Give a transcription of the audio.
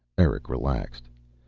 eric relaxed.